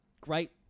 great